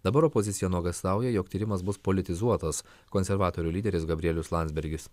dabar opozicija nuogąstauja jog tyrimas bus politizuotas konservatorių lyderis gabrielius landsbergis